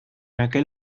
aquel